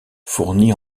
fourni